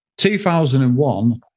2001